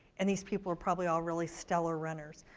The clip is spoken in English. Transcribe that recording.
and these people are probably all really stellar runners.